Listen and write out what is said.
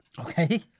Okay